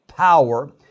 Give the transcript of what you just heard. power